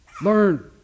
Learn